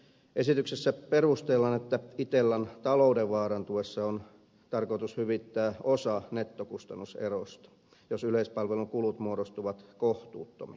esityksessä perustellaan että itellan talouden vaarantuessa on tarkoitus hyvittää osa nettokustannuserosta jos yleispalvelun kulut muodostuvat kohtuuttomiksi